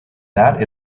that